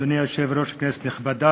אדוני היושב-ראש, כנסת נכבדה,